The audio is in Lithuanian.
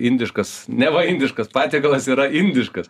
indiškas neva indiškas patiekalas yra indiškas